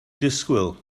disgwyl